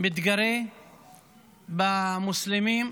מתגרה במוסלמים,